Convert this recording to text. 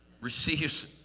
receives